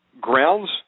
grounds